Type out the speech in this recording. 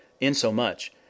insomuch